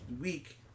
week